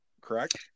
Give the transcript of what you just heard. correct